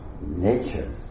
nature